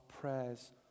prayers